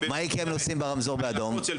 מה יקרה אם נוסעים ברמזור באדום?